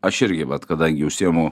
aš irgi vat kadangi užsiimu